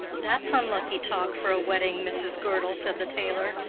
that's unlucky talk for a wedding, mrs. girdle, said the tailor.